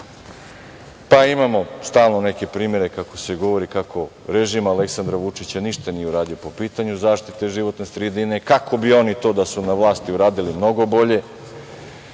Imamo stalno neke primere kako se govori kako režim Aleksandra Vučića ništa nije uradio po pitanju zaštite životne sredine, kako bi oni to da su na vlasti uradili mnogo bolje,